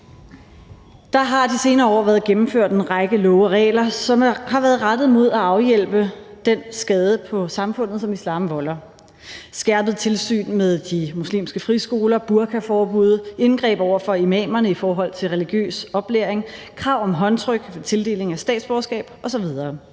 Der har de senere år været gennemført en række love og regler, som har været rettet mod at afhjælpe den skade på samfundet, som islam volder, f.eks. skærpede tilsyn med de muslimske friskoler, burkaforbud, indgreb over for imamerne i forhold til religiøs oplæring, krav om håndtryk ved tildeling af statsborgerskab osv.